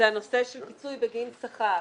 זה הנושא של פיצוי בגין שכר.